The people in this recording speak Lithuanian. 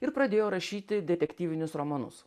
ir pradėjo rašyti detektyvinius romanus